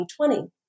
2020